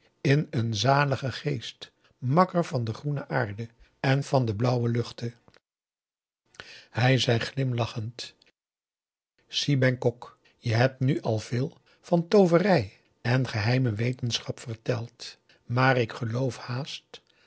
in een zaligen geest makker van de groene aarde en van de blauwe luchten hij zei glimlachend si bengkok je hebt nu al veel augusta de wit orpheus in de dessa van tooverij en geheime wetenschap verteld maar ik geloof haast